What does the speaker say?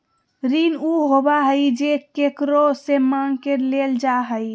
ऋण उ होबा हइ जे केकरो से माँग के लेल जा हइ